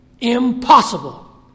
Impossible